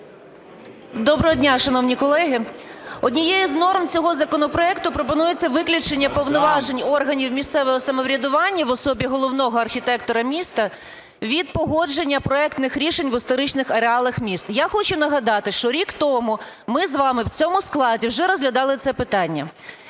Доброго дня, шановні колеги! Однією з норм цього законопроекту пропонується виключення повноважень органів місцевого самоврядування в особі головного архітектора міста від погодження проектних рішень в історичних ареалах міст. Я хочу нагадати, що рік тому ми з вами в цьому складі вже розглядали це питання.